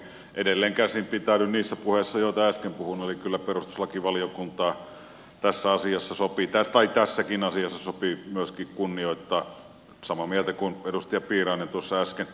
edelleenkäsin pitäydyn niissä puheissa joita äsken puhuin eli kyllä perustuslakivaliokuntaa tässäkin asiassa sopii myöskin kunnioittaa samaa mieltä kuin edustaja piirainen äsken